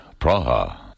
Praha